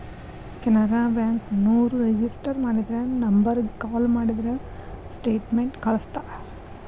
Canara bank ನೋರು register ಮಾಡಿದ ನಂಬರ್ಗ ಕಾಲ ಮಾಡಿದ್ರ ಸ್ಟೇಟ್ಮೆಂಟ್ ಕಳ್ಸ್ತಾರ